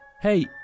Hey